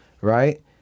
Right